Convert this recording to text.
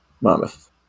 Monmouth